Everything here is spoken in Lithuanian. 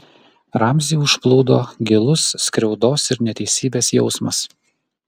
ramzį užplūdo gilus skriaudos ir neteisybės jausmas